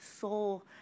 soul